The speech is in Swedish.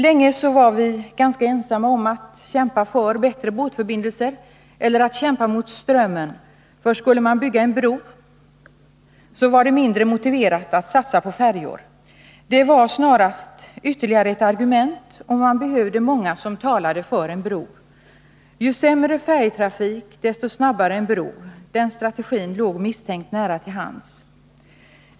Länge var vi ganska ensamma om att kämpa för bättre båtförbindelser eller att kämpa mot strömmen, för skulle man bygga en bro var det mindre motiverat att satsa på färjor. Det var snarast ytterligare ett argument för en bro, och man behövde många argument som talade för en sådan. Ju sämre färjetrafik, desto snabbare en bro — den strategin låg misstänkt nära till hands.